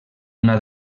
una